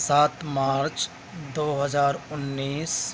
سات مارچ دو ہزار انیس